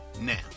Now